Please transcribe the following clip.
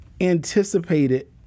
anticipated